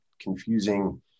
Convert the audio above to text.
confusing